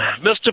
Mr